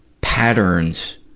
patterns